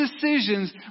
decisions